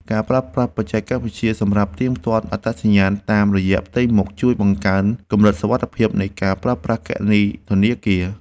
ការប្រើប្រាស់បច្ចេកវិទ្យាសម្រាប់ផ្ទៀងផ្ទាត់អត្តសញ្ញាណតាមរយៈផ្ទៃមុខជួយបង្កើនកម្រិតសុវត្ថិភាពនៃការប្រើប្រាស់គណនីធនាគារ។